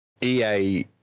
EA